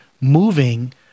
moving